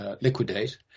liquidate